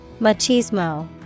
Machismo